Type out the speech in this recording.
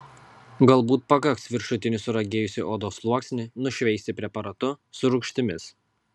galbūt pakaks viršutinį suragėjusį odos sluoksnį nušveisti preparatu su rūgštimis